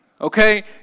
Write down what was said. okay